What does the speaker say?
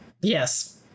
yes